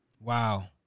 Wow